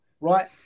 right